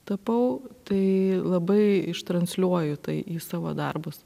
tapau tai labai ištransliuoju tai į savo darbus